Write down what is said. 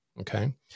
Okay